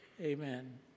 Amen